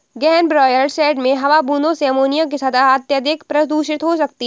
गहन broiler shed में हवा बूंदों से अमोनिया के साथ अत्यधिक प्रदूषित हो सकती है